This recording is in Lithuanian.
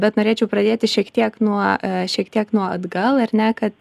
bet norėčiau pradėti šiek tiek nuo šiek tiek nuo atgal ar ne kad